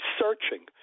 searching